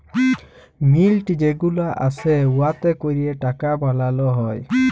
মিল্ট যে গুলা আসে উয়াতে ক্যরে টাকা বালাল হ্যয়